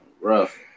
Rough